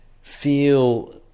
feel